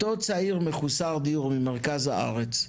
אותו צעיר מחוסר דיור ממרכז הארץ,